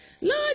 Lord